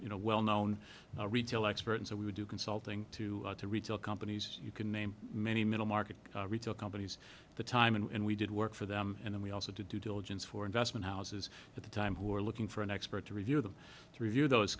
you know well known retail expert and so we would do consulting to the retail companies you can name many middle market retail companies at the time and we did work for them and then we also do due diligence for investment houses at the time who are looking for an expert to review them to review those